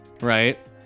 right